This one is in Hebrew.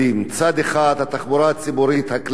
התחבורה הציבורית הכללית,